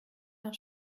nach